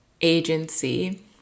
agency